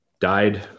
died